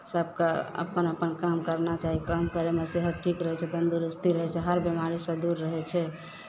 सभकेँ अपन अपन काम करना चाही काम करयमे सेहत ठीक रहै छै तन्दुरुस्ती रहै छै हर बेमारीसँ दूर रहै छै